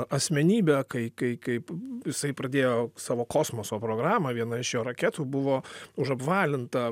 asmenybę kai kai kaip jisai pradėjo savo kosmoso programą viena iš jo raketų buvo užapvalinta